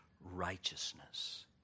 righteousness